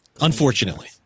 Unfortunately